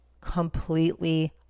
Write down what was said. completely